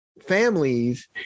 families